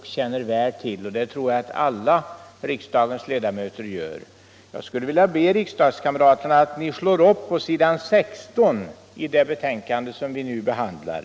Utskottet känner väl till det, och det tror jag att alla riksdagens ledamöter gör. Jag skulle vilja be riksdagskamraterna att slå upp s. 16 i det betänkande som vi nu behandlar.